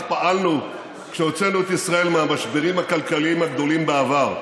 כך פעלנו כשהוצאנו את ישראל מהמשברים הכלכליים הגדולים בעבר,